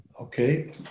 Okay